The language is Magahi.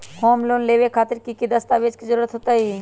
होम लोन लेबे खातिर की की दस्तावेज के जरूरत होतई?